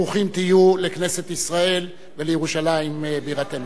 ברוכים תהיו לכנסת ישראל ולירושלים בירתנו.